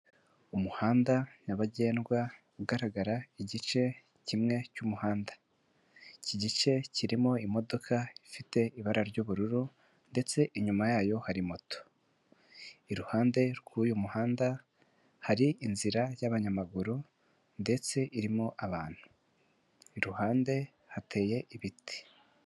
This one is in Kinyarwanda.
Umuhanda nyabagendwa ugaragara igice kimwe cy'umuhanda, iki gice kirimo imodoka ifite ibara ry'ubururu ndetse inyuma yayo hari moto, iruhande rw'uyu muhanda hari inzira y'abanyamaguru ndetse irimo abantu, iruhande hateye ibiti.